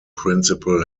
principal